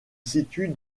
situe